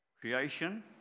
Creation